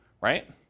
right